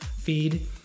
feed